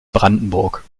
brandenburg